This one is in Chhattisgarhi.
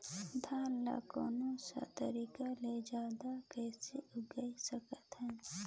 धान ला कोन सा तरीका ले जल्दी कइसे उगाय सकथन?